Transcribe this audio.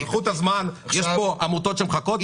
קחו את הזמן, יש פה עמותות שמחכות.